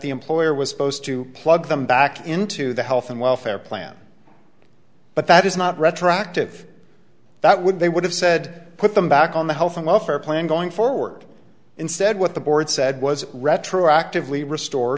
the employer was supposed to plug them back into the health and welfare plan but that is not retroactive that would they would have said put them back on the health and welfare plan going forward instead what the board said was retroactively restore